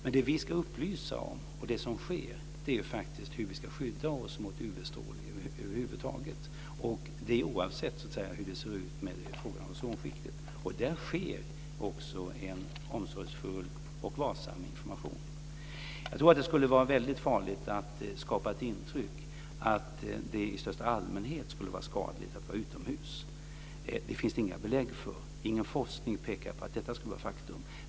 Men det vi ska upplysa om, och det sker också, är faktiskt hur vi ska skydda oss mot UV-strålning över huvud taget, och det oavsett hur det ser ut med ozonskiktet. Det sker också en omsorgsfull och varsam information. Jag tror att det skulle vara väldigt farligt att skapa ett intryck av att det i största allmänhet skulle vara skadligt att vara utomhus. Det finns det inga belägg för. Ingen forskning pekar på att detta skulle vara ett faktum.